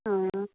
অঁ